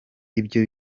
ibyo